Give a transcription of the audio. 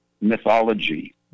mythology